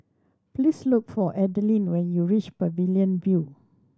please look for Adaline when you reach Pavilion View